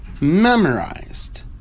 memorized